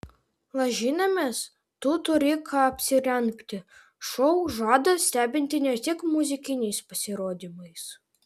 lažinamės tu turi ką apsirengti šou žada stebinti ne tik muzikiniais pasirodymais